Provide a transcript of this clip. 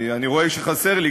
אני רואה שחסר לי,